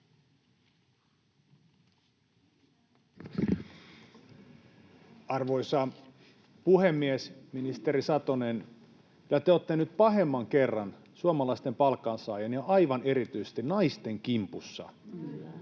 Arvoisa puhemies! Ministeri Satonen, kyllä te olette nyt pahemman kerran suomalaisten palkansaajien ja aivan erityisesti naisten kimpussa